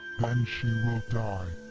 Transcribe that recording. then she will die!